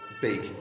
big